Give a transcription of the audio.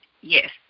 Yes